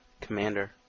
Commander